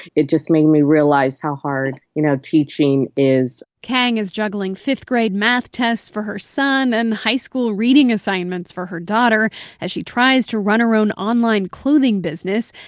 it just makes me realize how hard you know teaching is. kang is juggling fifth-grade math tests for her son and high school reading assignments for her daughter as she tries to run her own online clothing business.